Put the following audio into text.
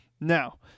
Now